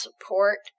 support